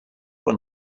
one